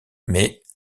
mais